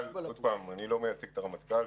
אני לא מייצג את הרמטכ"ל,